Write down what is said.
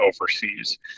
overseas